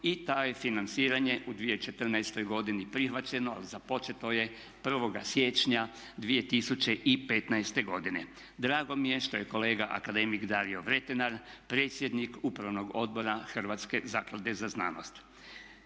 i to je financiranje u 2014.godini prihvaćeno, započeto je 1.siječnja 2015.godine. Drago mi je što je kolega akademik Dario Vrtenar predsjednik Upravnog odbora Hrvatske zaklade za znanost.